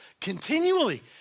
continually